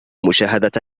مشاهدة